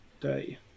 day